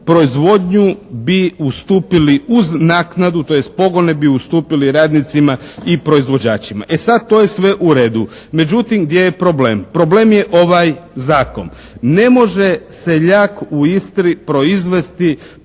proizvodnju bi ustupili uz naknadu, tj., pogone bi ustupili radnicima i proizvođačima. E sad, to je sve u redu, međutim gdje je problem? Problem je ovaj Zakon. Ne može seljak u Istri proizvesti